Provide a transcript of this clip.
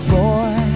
boy